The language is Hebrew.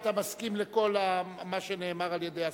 אתה מסכים לכל מה שנאמר על-ידי השר.